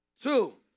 Two